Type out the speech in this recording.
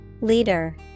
Leader